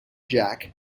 jack